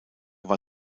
war